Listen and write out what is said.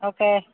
okay